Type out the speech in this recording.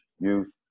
youth